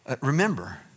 remember